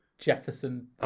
Jefferson